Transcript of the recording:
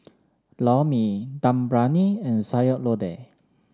Lor Mee Dum Briyani and Sayur Lodeh